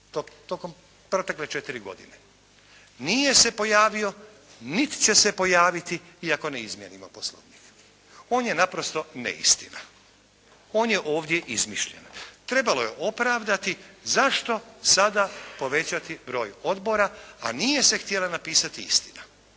tokom protekle četiri godine. Nije se pojavio niti će se pojaviti i ako ne izmijenimo Poslovnik. On je naprosto neistina. On je ovdje izmišljen. Trebalo je opravdati zašto sada povećati broj odbora a nije se htjela napisati istina.